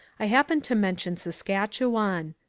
i happened to mention saskatchewan.